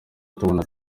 tubona